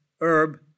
herb